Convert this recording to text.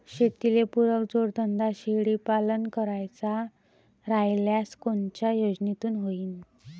शेतीले पुरक जोडधंदा शेळीपालन करायचा राह्यल्यास कोनच्या योजनेतून होईन?